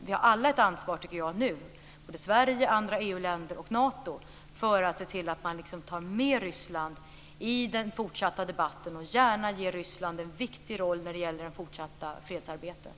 Nu har vi alla ett ansvar, tycker jag - Sverige, andra EU-länder och Nato - för att se till att man tar med Ryssland i den fortsatta debatten och gärna ger Ryssland en viktig roll när det gäller det fortsatta fredsarbetet.